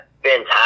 Fantastic